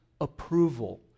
approval